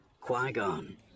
Qui-Gon